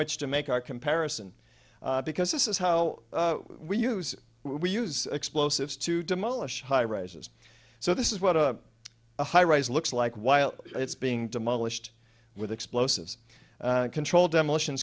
which to make our comparison because this is how we use we use explosives to demolish high rises so this is what a a high rise looks like while it's being demolished with explosives controlled demolition